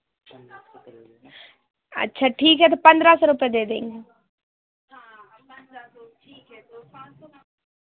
अच्छा ठीक है तो पंद्रह सौ रुपये दे देंगे